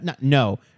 No